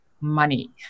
money